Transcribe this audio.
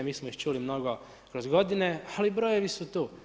Mi smo ih čuli mnogo kroz godine, ali brojevi su tu.